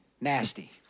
Nasty